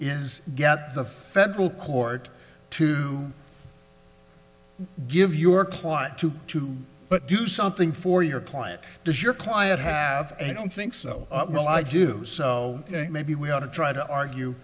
is get the federal court to give your client to two but do something for your client does your client have i don't think so well i do know maybe we ought to try to argue